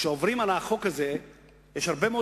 כשעוברים על החוק הזה יש הרבה מאוד